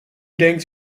denkt